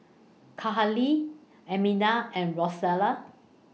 Kahlil Armida and Rosella